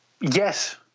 Yes